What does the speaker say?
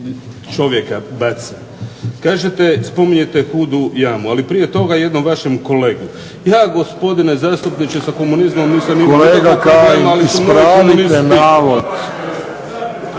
čovjeka baca. Kažete, spominjete hudu jamu, ali prije toga jednom vašem kolegu. Ja gospodine zastupniče sa komunizmom nisam imao. **Friščić, Josip